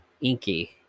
inky